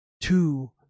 two